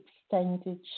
extended